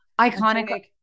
Iconic